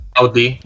Audi